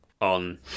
on